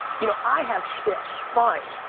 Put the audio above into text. you know, i have shtick, fine.